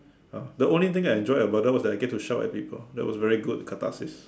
uh the only thing I enjoyed about that was I get to shout at people that was very good catharsis